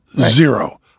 Zero